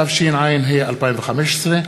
התשע"ה 2015,